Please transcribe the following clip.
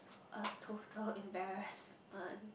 a total embarrassment